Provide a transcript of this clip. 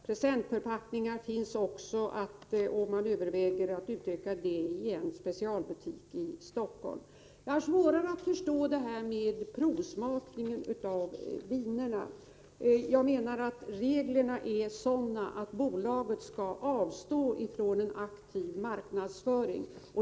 Presentförpackningar finns också, och man överväger att öka denna verksamhet i en specialbutik i Stockholm. Jag har svårare att förstå frågan om provsmakning av viner. Jag menar att reglerna är sådana att bolaget skall avstå från en aktiv marknadsföring.